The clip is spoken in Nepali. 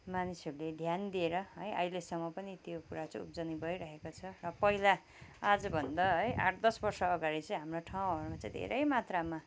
मानिसहरूले ध्यान दिएर है अहिलेसम्म पनि त्यो कुरा चाहिँ उब्जनी भइरहेको छ र पहिला आजभन्दा है आठ दस वर्ष अगाडि चाहिँ हाम्रो ठाउँहरूमा चाहिँ धेरै मात्रामा